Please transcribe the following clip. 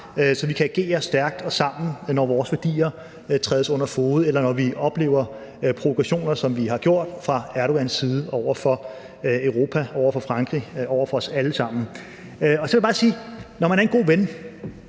så vi kan agere stærkt og sammen, når vores værdier trædes under fode, eller når vi oplever provokationer, som vi har gjort det fra Erdogans side, over for Europa, over for Frankrig, over for os alle sammen. Så vil jeg bare sige, at jeg, når man er en god ven,